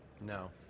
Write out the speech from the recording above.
No